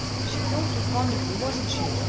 she was awfully fond of you, wasn't she,